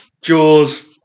Jaws